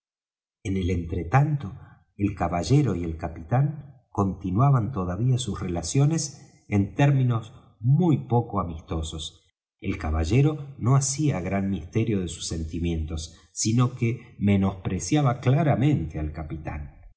en el entretanto el caballero y el capitán continuaban todavía sus relaciones en términos muy poco amistosos el caballero no hacía gran misterio de sus sentimientos sino que menospreciaba claramente al capitán